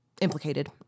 implicated